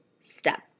step